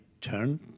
turn